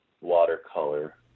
watercolor